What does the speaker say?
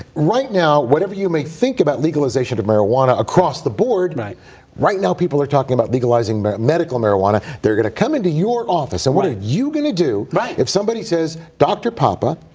right now, whatever you may think about legalization of marijuana across the board, right right now people are talking about legalizing but medical marijuana they're going to come in to your office, and what are you going to do right. if somebody says, dr. papa,